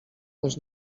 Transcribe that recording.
też